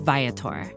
Viator